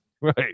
right